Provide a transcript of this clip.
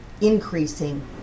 increasing